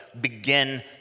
begin